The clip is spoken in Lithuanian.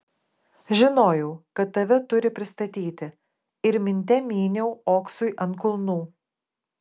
žinojau kad tave turi pristatyti ir minte myniau oksui ant kulnų